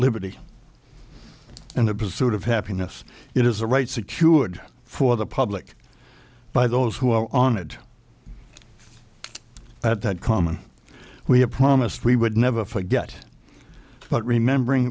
liberty and the pursuit of happiness it is a right secured for the public by those who are on it at that common we have promised we would never forget but remembering